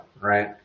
right